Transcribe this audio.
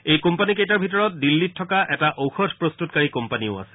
এই কোম্পানী কেইটাৰ ভিতৰত দিল্লীত থকা এটা ঔষধ প্ৰস্ততকাৰী কোম্পানীও আছে